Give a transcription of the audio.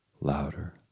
louder